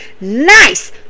Nice